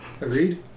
agreed